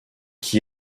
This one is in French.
qui